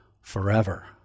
forever